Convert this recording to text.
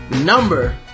number